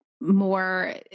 more